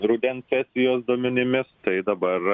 rudens sesijos duomenimis tai dabar